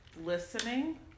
listening